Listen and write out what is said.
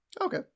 Okay